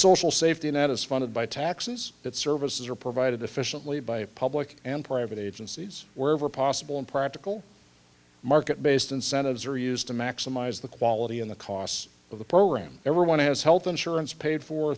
social safety net is funded by taxes that services are provided efficiently by public and private agencies wherever possible and practical market based incentives are used to maximize the quality in the costs of the program everyone has health insurance paid for